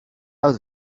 out